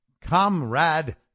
Comrade